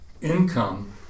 income